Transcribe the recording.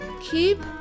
keep